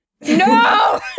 no